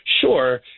Sure